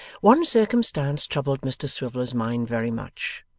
one circumstance troubled mr swiveller's mind very much,